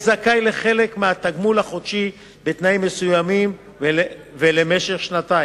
יהיה זכאי לחלק מהתגמול החודשי בתנאים מסוימים ולמשך שנתיים.